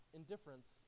indifference